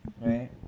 right